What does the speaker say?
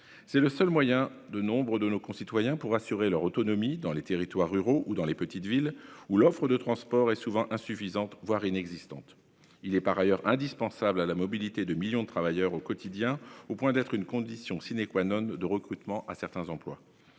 C'est le seul moyen pour nombre de nos concitoyens d'assurer leur autonomie dans les territoires ruraux ou les petites villes, où l'offre de transports est souvent insuffisante, voire inexistante. Il est par ailleurs indispensable au quotidien à la mobilité de millions de travailleurs, au point d'être une condition de recrutement sur certains emplois.